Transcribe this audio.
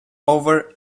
over